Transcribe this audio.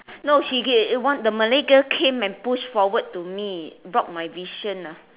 no she the one the Malay girl came and push forward to me block my vision ah